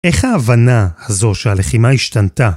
איך ההבנה הזו שהלחימה השתנתה